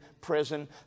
prison